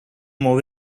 more